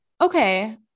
Okay